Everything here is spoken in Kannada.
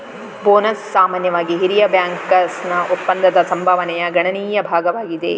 ಬೋನಸ್ ಸಾಮಾನ್ಯವಾಗಿ ಹಿರಿಯ ಬ್ಯಾಂಕರ್ನ ಒಪ್ಪಂದದ ಸಂಭಾವನೆಯ ಗಣನೀಯ ಭಾಗವಾಗಿದೆ